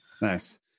Nice